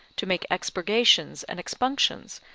to make expurgations and expunctions,